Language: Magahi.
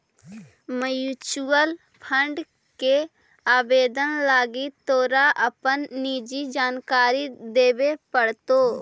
म्यूचूअल फंड के आवेदन लागी तोरा अपन निजी जानकारी देबे पड़तो